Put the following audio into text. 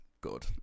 Good